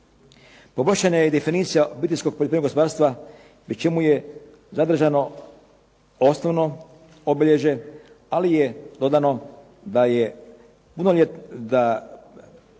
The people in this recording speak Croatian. Poboljšana je i definicija obiteljsko poljoprivrednog gospodarstva pri čemu je zadržano osnovno obilježje ali je dodano da je punoljetni